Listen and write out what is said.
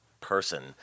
person